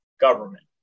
government